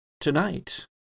Tonight